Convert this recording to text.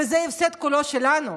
זה הפסד שכולו שלנו.